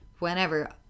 Whenever